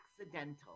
accidental